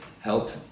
help